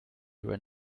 ran